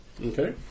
Okay